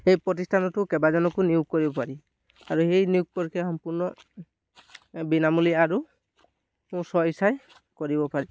সেই প্ৰতিষ্ঠানতো কেইবাজনকো নিয়োগ কৰিব পাৰি আৰু সেই নিয়োগে সম্পূৰ্ণ বিনামূলীয়া আৰু মোৰ স্ব ইচ্ছাই কৰিব পাৰি